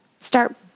Start